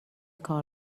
کار